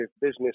business